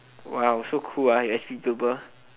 !wow! so cool ah your s_p people